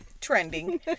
trending